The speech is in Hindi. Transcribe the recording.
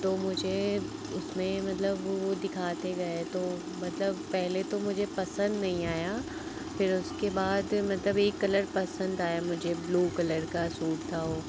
तो मुझे उसमें मतलब वह दिखाते गए तो मतलब पहले तो मुझे पसंद नहीं आया फिर उसके बाद मतलब एक कलर पसंद आया मुझे ब्लू कलर का सूट था वह